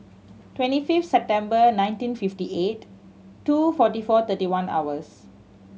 twenty fifth September nineteen fifty eight two forty four thirty one hours